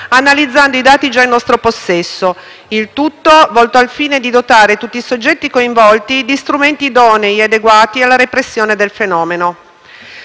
analizzando i dati già in nostro possesso; il tutto volto al fine di dotare tutti i soggetti coinvolti di strumenti idonei e adeguati alla repressione del fenomeno.